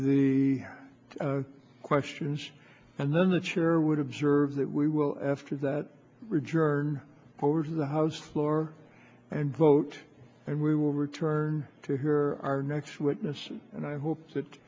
the questions and then the chair would observe that we will after that ridge or over to the house floor and vote and we will return to hear our next witness and i hope that